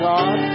God